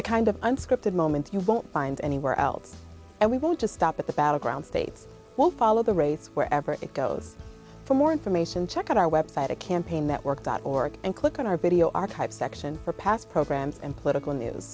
the kind of unscripted moment you won't find anywhere else and we will just stop at the battleground state we'll follow the race wherever it goes for more information check out our web site a campaign network dot org and click on our video archive section for past programs and political news